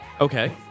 Okay